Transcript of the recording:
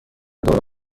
دوره